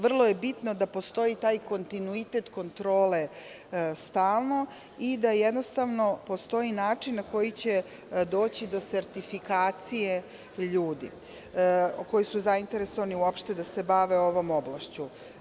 Vrlo je bitno da postoji taj kontinuitet kontrole stalno i da jednostavno postoji način na koji će doći do sertifikacije ljudi koji su zainteresovani uopšte da se bave ovom oblašću.